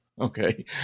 Okay